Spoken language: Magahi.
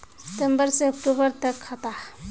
सितम्बर से अक्टूबर तक के खाता?